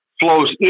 flows